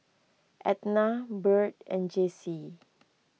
Etna Byrd and Jessee